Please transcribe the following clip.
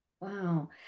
Wow